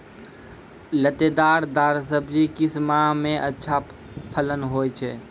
लतेदार दार सब्जी किस माह मे अच्छा फलन होय छै?